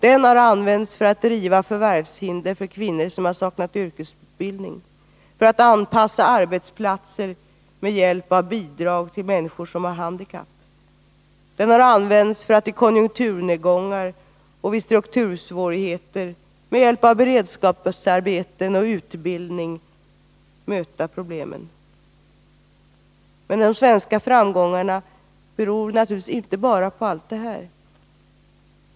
Den har använts för att riva förvärvshinder för kvinnor som saknat yrkesutbildning, för att med hjälp av bidrag anpassa arbetsplatser till människor som har handikapp och för att i konjunkturnedgångar och vid struktursvårigheter med hjälp av beredskapsarbeten och utbildningsinsatser möta problemen. Men de svenska framgångarna beror naturligtvis inte bara på allt detta.